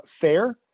fair